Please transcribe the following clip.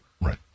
Right